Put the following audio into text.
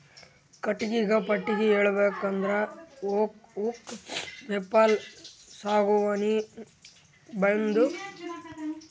ಕಟ್ಟಿಗಿಗ ಪಟ್ಟಿ ಹೇಳ್ಬೇಕ್ ಅಂದ್ರ ಓಕ್, ಮೇಪಲ್, ಸಾಗುವಾನಿ, ಬೈನ್ದು, ಬಿದಿರ್ ಮತ್ತ್ ಪೈನ್ ಗಿಡಗೋಳುದು ಕಟ್ಟಿಗಿ